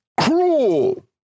cruel